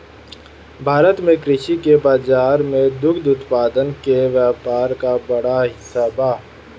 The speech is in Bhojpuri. भारत में कृषि के बाजार में दुग्ध उत्पादन के व्यापार क बड़ा हिस्सा बा